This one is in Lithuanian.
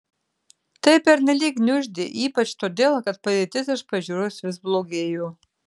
tai pernelyg gniuždė ypač todėl kad padėtis iš pažiūros vis blogėjo